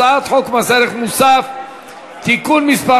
הצעת חוק מס ערך מוסף (תיקון מס'